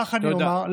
תודה.